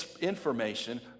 information